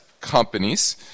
companies